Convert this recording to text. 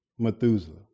Methuselah